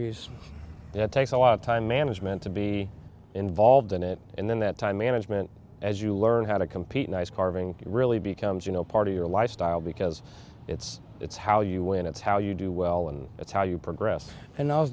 that it takes a lot of time management to be involved in it and then that time management as you learn how to compete nice carving really becomes you know part of your lifestyle because it's it's how you win it's how you do well and it's how you progress and